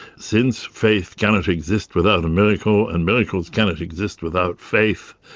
since faith cannot exist without miracles and miracles cannot exist without faith,